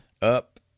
up